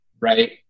right